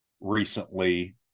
recently